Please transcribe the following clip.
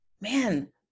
man